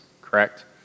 correct